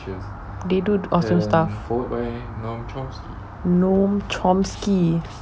they do a lot of stuffs noam chomsky